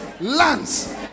lands